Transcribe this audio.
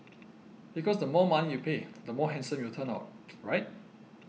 because the more money you pay the more handsome you will turn out right